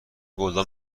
گلدان